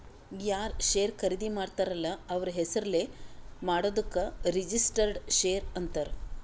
ಯಾರ್ ಶೇರ್ ಖರ್ದಿ ಮಾಡ್ತಾರ ಅಲ್ಲ ಅವ್ರ ಹೆಸುರ್ಲೇ ಮಾಡಾದುಕ್ ರಿಜಿಸ್ಟರ್ಡ್ ಶೇರ್ ಅಂತಾರ್